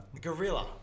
Gorilla